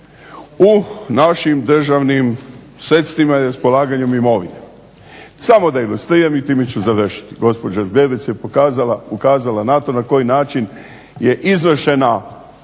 u našim državnim sredstvima raspolaganjem imovine. Samo da ilustriram i time ću završiti. Gospođa Zgrebec je ukazala na to na koji način je izvršena